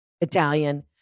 Italian